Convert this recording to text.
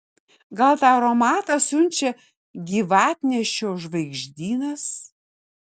gal tą aromatą siunčia gyvatnešio žvaigždynas